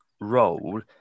role